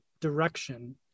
direction